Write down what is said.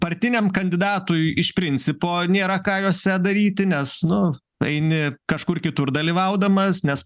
partiniam kandidatui iš principo nėra ką juose daryti nes nu eini kažkur kitur dalyvaudamas nes